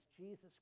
Jesus